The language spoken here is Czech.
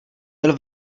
byl